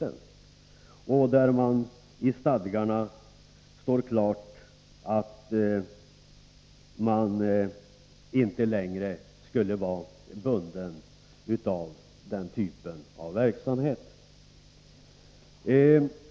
Det framgår klart i stadgarna att man inte längre skulle vara bunden av den typen av verksamhet.